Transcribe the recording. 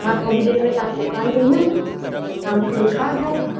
मां थोरी देरि तव्हांजी दुकानु ते ईंदमि तव्हां मूंखे ॾेखारिजो